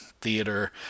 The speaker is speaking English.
Theater